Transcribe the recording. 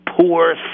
poor